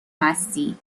مستی